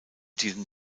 diesem